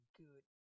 good